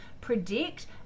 predict